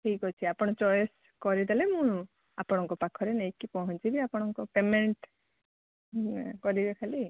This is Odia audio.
ଠିକ ଅଛି ଆପଣ ଚଏସ୍ କରିଦେଲେ ମୁଁ ଆପଣଙ୍କ ପାଖରେ ନେଇ ପହଞ୍ଚିବି ଆପଣ ପେମେଣ୍ଟ କରିଦେବେ ଖାଲି